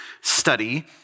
study